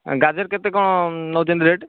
ଗାଜର କେତେ କ'ଣ ନେଉଛନ୍ତି ରେଟ